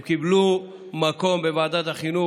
הם קיבלו מקום בוועדת החינוך,